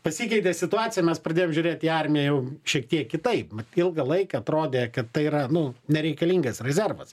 pasikeitė situacija mes pradėjom žiūrėt į armiją jau šiek tiek kitaip ilgą laiką atrodė kad tai yra nu nereikalingas rezervas